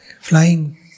flying